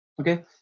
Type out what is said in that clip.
Okay